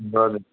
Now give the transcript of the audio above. हजुर